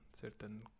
certain